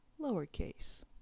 Lowercase